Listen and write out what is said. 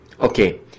Okay